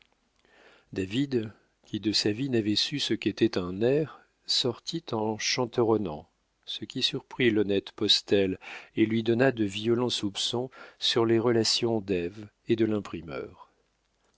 david qui de sa vie n'avait su ce qu'était un air sortit en chanteronnant ce qui surprit l'honnête postel et lui donna de violents soupçons sur les relations d'ève et de